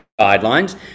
guidelines